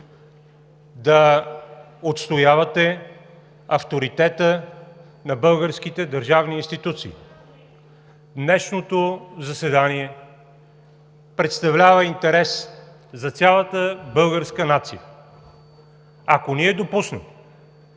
да отстоявате авторитета на българските държавни институции. Днешното заседание представлява интерес за цялата българска нация. Ако ние допуснем